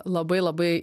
labai labai